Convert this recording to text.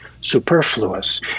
superfluous